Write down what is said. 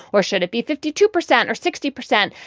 or should it be fifty two percent or sixty percent?